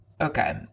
okay